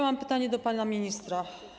Mam pytanie do pana ministra.